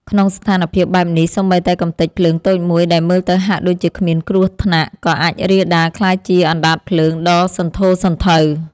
ក្នុងស្ថានភាពបែបនេះ សូម្បីតែកម្ទេចភ្លើងតូចមួយដែលមើលទៅហាក់ដូចជាគ្មានគ្រោះថ្នាក់ ក៏អាចរាលដាលក្លាយជាអណ្ដាតភ្លើងដ៏សន្ធោសន្ធៅ។